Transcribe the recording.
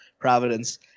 Providence